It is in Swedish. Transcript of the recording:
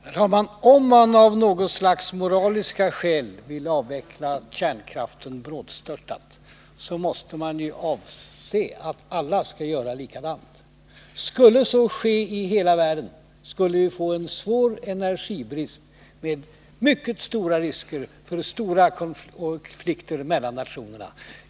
Herr talman! För det första: Om man av något slags moraliska skäl brådstörtat vill avveckla kärnkraften, måste man ju avse att alla skall göra likadant. Om så skulle ske i hela världen skulle vi få en svår energibrist med mycket stora risker för stora konflikter mellan nationerna.